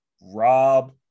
Rob